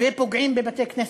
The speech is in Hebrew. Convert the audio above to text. ופוגעים בבתי-כנסת,